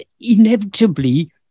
inevitably